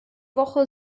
woche